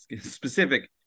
specific